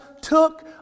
took